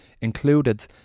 included